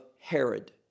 Herod